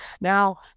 Now